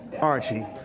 Archie